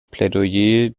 plädoyer